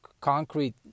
concrete